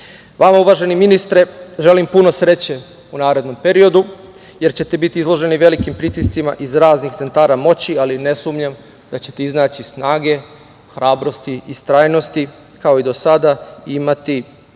uvaženi ministre, želim puno sreće u narednom periodu, jer ćete biti izloženi velikim pritiscima iz raznih centara moći, ali ne sumnjam da ćete iznaći snage, hrabrosti, istrajnosti, kao i do sada i naći